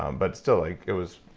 um but still, like it was,